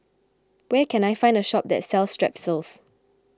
where can I find a shop that sells Strepsils